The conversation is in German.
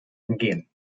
umgehen